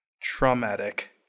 Traumatic